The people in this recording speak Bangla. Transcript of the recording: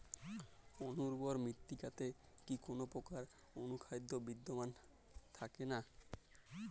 অনুর্বর মৃত্তিকাতে কি কোনো প্রকার অনুখাদ্য বিদ্যমান থাকে না?